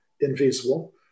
invisible